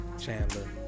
Chandler